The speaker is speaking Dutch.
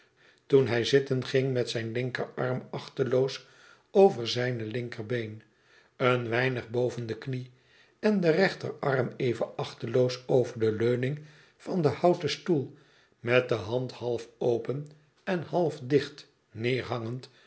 toen hij zitten ging met zijn linkerarm achteloos over zijne linkerbeen een weinig boven de knie en den rechterarm even achteloos over de leuning van den houten stoel met de hand halfopen en half dicht neerhangend